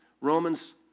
Romans